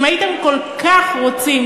אם הייתם כל כך רוצים,